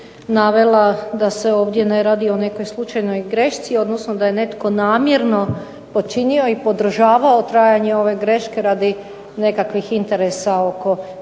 navela da se ovdje ne radi o nekoj slučajnoj grešci, odnosno da je netko namjerno počinio i podržavao trajanje ove greške radi nekakvih interesa oko zemljišta.